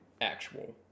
actual